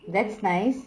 that's nice